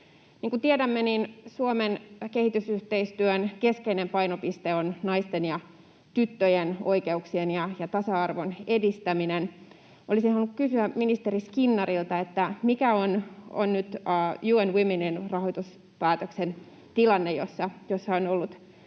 kuin tiedämme, niin Suomen kehitysyhteistyön keskeinen painopiste on naisten ja tyttöjen oikeuksien ja tasa-arvon edistäminen. Olisin halunnut kysyä ministeri Skinnarilta: mikä on nyt UN Womenin rahoituspäätöksen, jossa on ollut